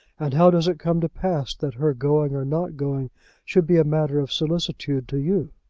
and how does it come to pass that her going or not going should be a matter of solicitude to you?